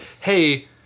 hey